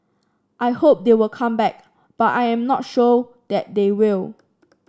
I hope they will come back but I am not sure that they will